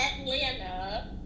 Atlanta